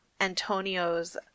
Antonio's